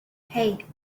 hey